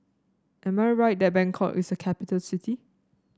am I right that Bangkok is a capital city